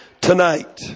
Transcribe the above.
tonight